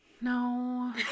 No